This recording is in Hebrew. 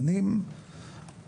סמנכ"ל התאחדות הקבלנים בהתאחדות בוני